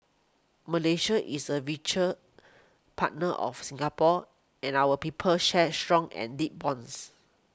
Malaysia is a venture partner of Singapore and our peoples share strong and deep bonds